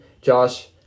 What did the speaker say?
josh